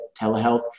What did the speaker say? telehealth